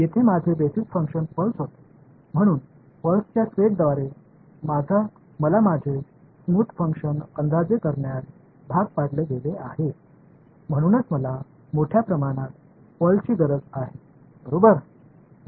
எனவே பல்செஸ் வகைகளின் தொகுப்பால் எனது மென்மையான செயல்பாட்டை தோராயமாக மதிப்பிட வேண்டிய கட்டாயம் எனக்கு ஏற்பட்டது அதனால்தான் எனக்கு அதிக எண்ணிக்கையிலான பல்செஸ் வகைகள் தேவை